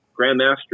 Grandmaster